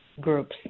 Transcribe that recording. groups